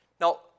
Now